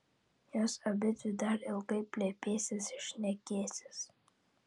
jos abidvi dar ilgai plepėsis šnekėsis